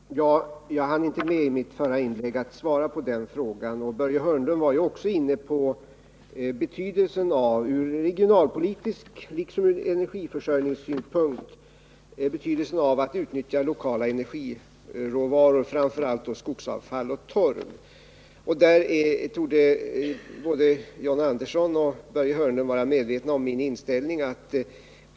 Herr talman! Jag hann inte med att svara på den frågan i mitt förra inlägg. Också Börje Hörnlund var inne på den ur regionalpolitisk synpunkt liksom ur energiförsörjningssynpunkt stora betydelsen av att man utnyttjar lokala energiråvaror, framför allt skogsavfall och torv. Både John Andersson och Börje Hörnlund torde vara medvetna om min inställning härvidlag.